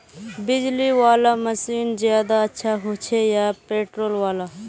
बिजली वाला मशीन ज्यादा अच्छा होचे या पेट्रोल वाला?